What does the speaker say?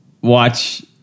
watch